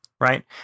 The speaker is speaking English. right